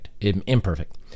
imperfect